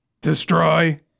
destroy